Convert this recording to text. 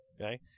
okay